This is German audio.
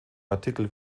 artikel